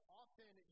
often